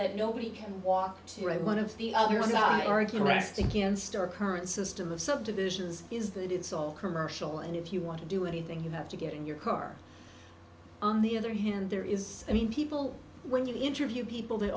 that nobody can walk right one of the other you're not arguing against our current system of subdivisions is that it's all commercial and if you want to do anything you have to get in your car on the other hand there is i mean people when you interview people they